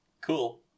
Cool